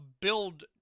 build